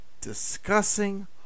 discussing